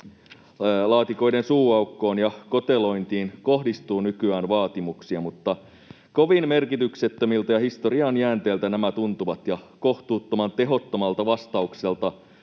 laatikoiden suuaukkoon ja kotelointiin kohdistuu nykyään vaatimuksia, mutta kovin merkityksettömiltä ja historian jäänteiltä nämä tuntuvat ja kohtuuttoman tehottomalta vastaukselta